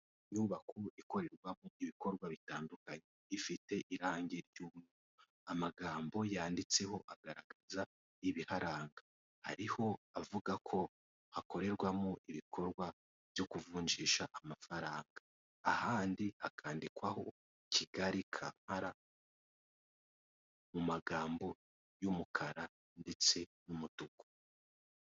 Inyubako ikorerwamo ibikorwa bitandukanye ifite irangi ry'umweru amagambo yanditseho agaragaza ibiharanga ariho avuga ko hakorerwamo ibikorwa byo kuvunjisha amafaranga, ahandi hakandikwaho Kigali Kampala mu magambo y'umukara ndetse n'umutuku.